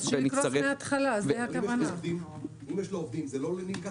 אם יש עובדים, זה לא נלקח